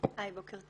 בוקר טוב.